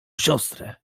siostrę